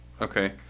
Okay